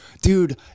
Dude